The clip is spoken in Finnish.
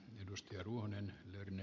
arvoisa puhemies